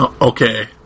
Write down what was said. Okay